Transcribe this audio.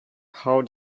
how